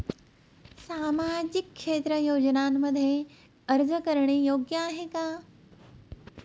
सामाजिक क्षेत्र योजनांमध्ये अर्ज करणे योग्य आहे का?